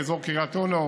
מאזור קריית אונו